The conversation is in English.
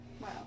Wow